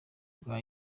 bwa